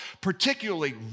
particularly